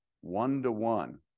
one-to-one